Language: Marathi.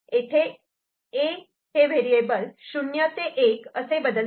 येथे 'A' व्हेरिएबल '0' ते '1' असे बदलते